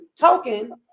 token